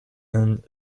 and